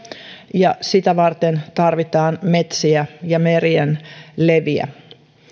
ja sitä varten tarvitaan metsiä ja merien leviä